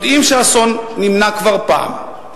יודעים שאסון נמנע כבר פעם אחת,